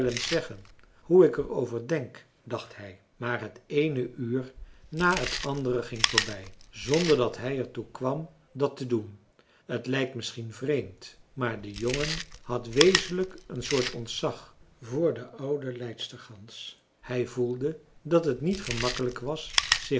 zeggen hoe ik er over denk dacht hij maar het eene uur na het andere ging voorbij zonder dat hij er toe kwam dat te doen t lijkt misschien vreemd maar de jongen had wezenlijk een soort ontzag voor de oude leidstergans hij voelde dat het niet gemakkelijk was zich